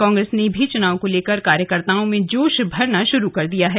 कांग्रेस ने भी चुनाव को लेकर कार्यकर्ताओं में जोश भरना शुरू कर दिया है